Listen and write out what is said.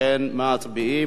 מצביעים.